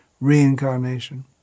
reincarnation